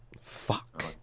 Fuck